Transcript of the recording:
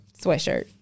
Sweatshirt